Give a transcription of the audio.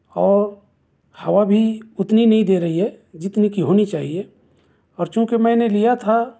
اور ہوا بھی اتنی نہیں دے رہی ہے جتنی کہ ہونی چاہیے اور چونکہ میں نے لیا تھا